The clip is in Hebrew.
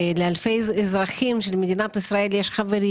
לאלפי אזרחים שלמדינת ישראל יש חברים